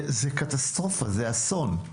זה קטסטרופה, זה אסון.